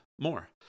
more